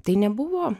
tai nebuvo